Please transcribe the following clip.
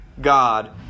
God